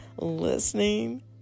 listening